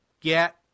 get